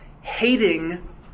hating